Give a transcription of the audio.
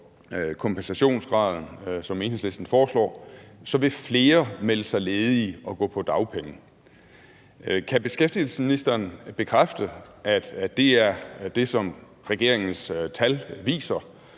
kompensationsgraden, som Enhedslisten foreslår, vil flere melde sig ledige og gå på dagpenge. Kan beskæftigelsesministeren bekræfte, at det er det, som regeringens tal viser,